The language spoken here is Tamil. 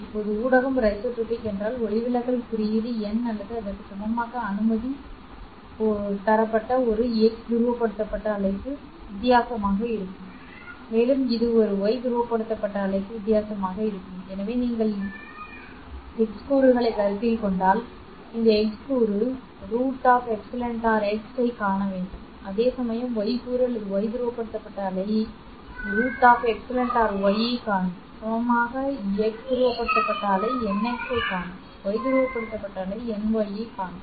இப்போது ஊடகம் ஒரு ஐசோட்ரோபிக் என்றால் ஒளிவிலகல் குறியீடு n அல்லது அதற்கு சமமாக அனுமதி ஒரு எக்ஸ் துருவப்படுத்தப்பட்ட அலைக்கு வித்தியாசமாக இருக்கும் மேலும் இது ஒரு y துருவப்படுத்தப்பட்ட அலைக்கு வித்தியாசமாக இருக்கும் எனவே நீங்கள் இருந்தால் x கூறுகளைக் கருத்தில் கொண்டால் இந்த x கூறு √εrx ஐக் காண வேண்டும் அதேசமயம் y கூறு அல்லது y துருவப்படுத்தப்பட்ட அலை √εry ஐக் காணும் சமமாக x துருவப்படுத்தப்பட்ட அலை nx ஐக் காணும் y துருவப்படுத்தப்பட்ட அலை ny ஐக் காணும்